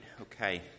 okay